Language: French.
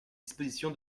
disposition